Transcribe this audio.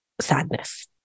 sadness